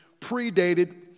predated